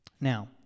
Now